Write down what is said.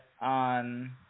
on